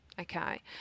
okay